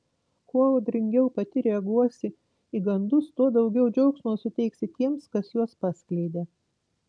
kuo audringiau pati reaguosi į gandus tuo daugiau džiaugsmo suteiksi tiems kas juos paskleidė